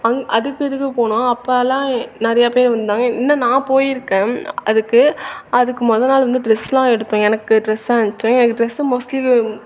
அங் அதுக்கு இதுக்கு போனோம் அப்போல்லாம் நிறைய பேர் வந்துடுந்தாங்க இன்னும் நான் போயிருக்கேன் அதுக்கு அதுக்கு முத நாள் வந்து ட்ரெஸ்லாம் எடுத்தோம் எனக்கு ட்ரெஸ்லாம் எடுத்தோம் எனக்கு ட்ரெஸ்ஸு மோஸ்ட்லி